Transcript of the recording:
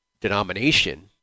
denomination